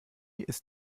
ist